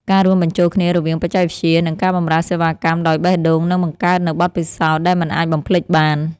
ការរួមបញ្ចូលគ្នារវាងបច្ចេកវិទ្យា និងការបម្រើសេវាកម្មដោយបេះដូងនឹងបង្កើតនូវបទពិសោធន៍ដែលមិនអាចបំភ្លេចបាន។